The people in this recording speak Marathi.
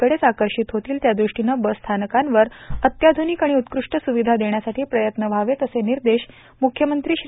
कडेच आकर्षित होतील त्याद्रष्टीनं बसस्थानकांवर अत्याध्रनिक आणि उत्कृष्ट स्रविधा देण्यासाठी प्रयत्न व्हावेत असे निर्देश मुख्यमंत्री श्री